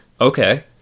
okay